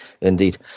indeed